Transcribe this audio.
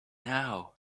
now